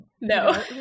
no